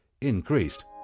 increased